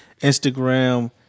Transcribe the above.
Instagram